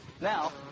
Now